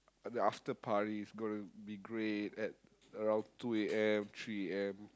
the after party is gonna be great at around two A_M three A_M